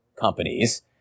companies